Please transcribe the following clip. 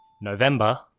November